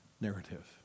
narrative